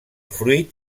fruit